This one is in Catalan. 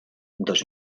dos